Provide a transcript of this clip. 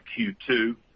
Q2